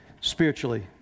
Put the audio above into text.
spiritually